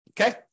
okay